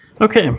Okay